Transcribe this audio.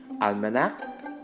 almanac